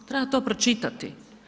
Treba to pročitati.